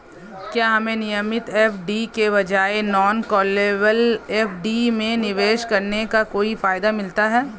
क्या हमें नियमित एफ.डी के बजाय नॉन कॉलेबल एफ.डी में निवेश करने का कोई फायदा मिलता है?